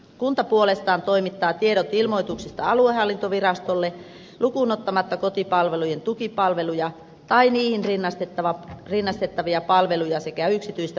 kunta puolestaan toimittaa tiedot ilmoituksista aluehallintovirastolle lukuun ottamatta kotipalvelujen tukipalveluja tai niihin rinnastettavia palveluja sekä yksityistä perhepäivähoitoa